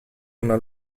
una